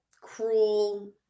cruel